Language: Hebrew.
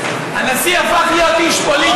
הגבלת מועמד